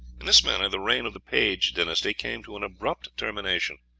in this manner the reign of the page dynasty came to an abrupt termination.